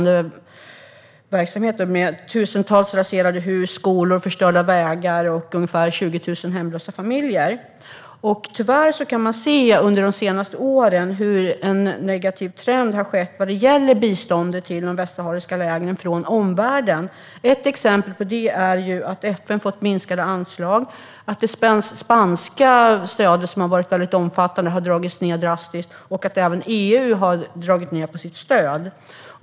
Det var tusentals raserade hus och skolor och förstörda vägar och ungefär 20 000 hemlösa familjer. Tyvärr har man under de senaste åren kunnat se en negativ trend vad det gäller biståndet till de västsahariska lägren från omvärlden. Ett exempel på det är att FN har fått minskade anslag, att det spanska stödet, som har varit väldigt omfattande, drastiskt har dragits ned och att även EU har dragit ned på sitt stöd.